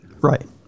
Right